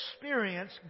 experience